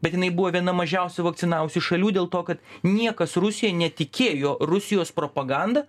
bet jinai buvo viena mažiausių vakcinavusių šalių dėl to kad niekas rusijoj netikėjo rusijos propaganda